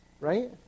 Right